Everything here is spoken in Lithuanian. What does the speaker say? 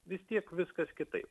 vis tiek viskas kitaip